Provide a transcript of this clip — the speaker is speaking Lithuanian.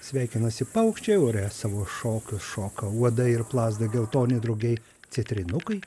sveikinasi paukščiai ore savo šokius šoka uodai ir plazda geltoni drugiai citrinukai